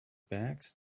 bags